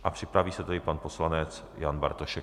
A připraví se tedy pan poslanec Jan Bartošek.